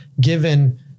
given